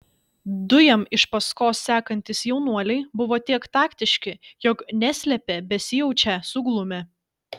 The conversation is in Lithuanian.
du jam iš paskos sekantys jaunuoliai buvo tiek taktiški jog neslėpė besijaučią suglumę